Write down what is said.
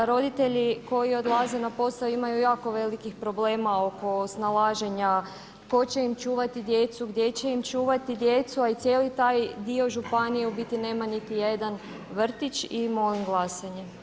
Roditelji koji odlaze na posao imaju jako velikih problema oko snalaženja tko će im čuvati djecu, gdje će im čuvati djecu, a i cijeli taj dio županije u biti nema niti jedan vrtić i molim glasanje.